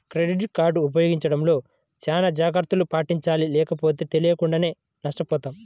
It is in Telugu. క్రెడిట్ కార్డు ఉపయోగించడంలో చానా జాగర్తలను పాటించాలి లేకపోతే తెలియకుండానే నష్టపోతాం